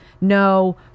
no